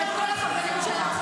ואת כל החברים שלך,